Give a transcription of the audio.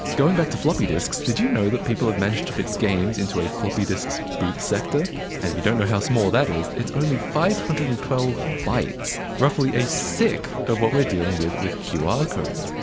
going back to floppy disks, did you know that people have managed to fit games into a floppy disk's boot sector? and if you don't know how small that is, it's only five hundred and twelve bytes. roughly a sixth of what we're dealing with with qr codes.